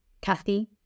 Kathy